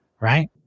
Right